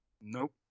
Nope